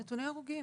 אבל נתוני הרוגים,